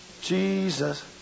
Jesus